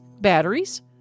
batteries